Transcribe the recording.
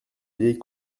vieille